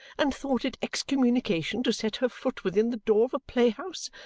and thought it excommunication to set her foot within the door of a playhouse.